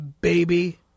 baby